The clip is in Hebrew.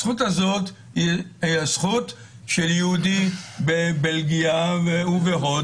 הזכות הזאת היא הזכות של יהודי בבלגיה ובהודו ובפרו.